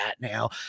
now